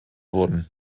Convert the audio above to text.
wurden